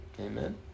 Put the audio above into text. Amen